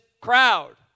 crowd